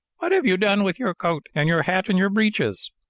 what have you done with your coat and your hat and your breeches?